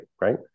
Right